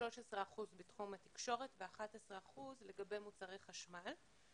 13 אחוזים בתחום התקשורת ו-11 אחוזים לגבי מוצרי חשמל.